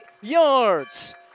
yards